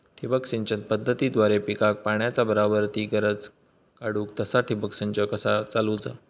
ठिबक सिंचन पद्धतीद्वारे पिकाक पाण्याचा बराबर ती गरज काडूक तसा ठिबक संच कसा चालवुचा?